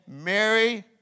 Mary